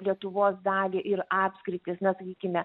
lietuvos dalį ir apskritis na sakykime